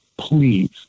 Please